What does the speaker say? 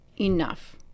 enough